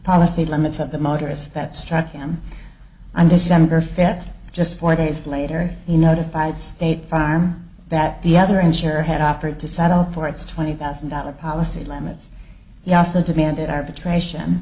policy limits of the motorists that struck him on december fifth just four days later he notified state farm that the other insurer had offered to settle for its twenty thousand dollars policy limits he also demanded arbitration